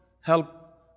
help